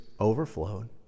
overflowed